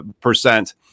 percent